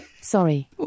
Sorry